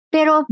Pero